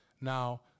Now